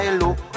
look